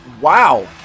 wow